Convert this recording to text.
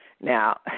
Now